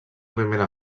primera